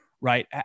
right